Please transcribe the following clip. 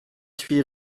huit